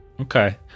Okay